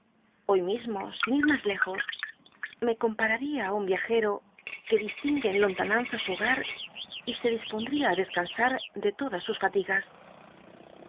hoy mismo sin it mas lejos me co mí un viajero que disti ngue en lontananza paaia su hogar y se dispond ría á descansar de todas sus fatigas